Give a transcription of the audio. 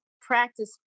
practice